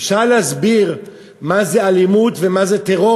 אפשר להסביר מה זה אלימות ומה זה טרור?